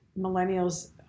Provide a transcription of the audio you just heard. millennials